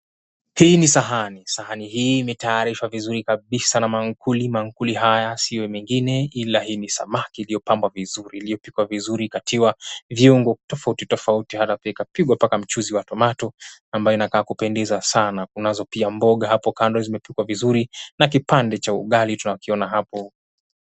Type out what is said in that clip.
Hii ni sahani. Sahani hii imetayarishwa vizuri kabisa na maakuli. Maakuli haya sio mengine, ila hii ni samaki iliyopambwa vizuri, iliyopikwa vizuri ikatiwa viungo tofauti tofauti hata pia ikapigwa mpaka mchuzi wa tomato ambayo inakaa kupendeza sana. Kunazo pia mboga hapo kando zimepikwa vizuri, na kipande cha ugali tunakiona hapo.